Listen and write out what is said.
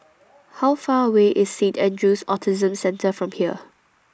How Far away IS Saint Andrew's Autism Centre from here